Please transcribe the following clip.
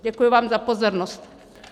Děkuji vám za pozornost.